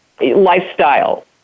lifestyle